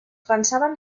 pensaven